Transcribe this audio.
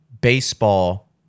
baseball